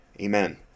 amen